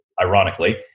ironically